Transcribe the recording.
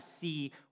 see